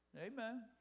Amen